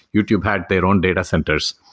youtube had their own data centers.